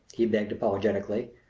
he begged apologetically,